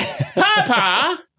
Papa